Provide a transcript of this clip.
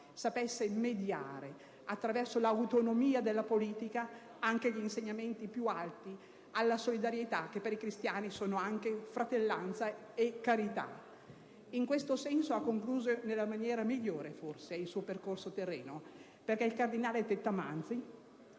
e mediare, attraverso l'autonomia della politica, anche gli insegnamenti più alti, la solidarietà che per i cristiani è anche fratellanza e carità. In questo senso, ha concluso forse nella maniera migliore il suo percorso terreno: il cardinale Tettamanzi,